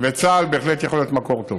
וצה"ל בהחלט יכול להיות מקור טוב.